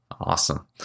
Awesome